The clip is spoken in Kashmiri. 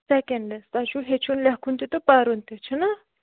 سیٚکنڈس تۄہہِ چھو ہیٚچھُن لیٚکھُن تہِ تہٕ پَرُن تہِ